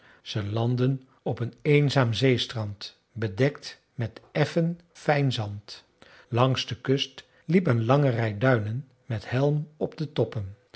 ze landden op een eenzaam zeestrand bedekt met effen fijn zand langs de kust liep een lange rij duinen met helm op de toppen